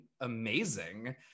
amazing